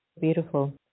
Beautiful